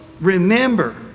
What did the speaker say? remember